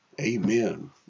amen